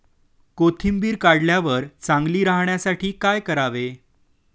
कोथिंबीर काढल्यावर चांगली राहण्यासाठी काय करावे?